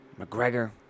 McGregor